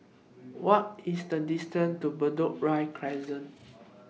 What IS The distance to Bedok Ria Crescent